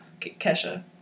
Kesha